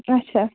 آچھا